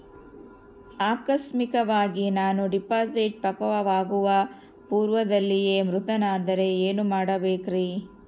ಆಕಸ್ಮಿಕವಾಗಿ ನಾನು ಡಿಪಾಸಿಟ್ ಪಕ್ವವಾಗುವ ಪೂರ್ವದಲ್ಲಿಯೇ ಮೃತನಾದರೆ ಏನು ಮಾಡಬೇಕ್ರಿ?